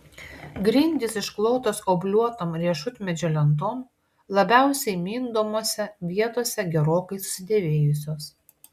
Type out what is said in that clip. grindys išklotos obliuotom riešutmedžio lentom labiausiai mindomose vietose gerokai susidėvėjusios